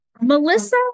Melissa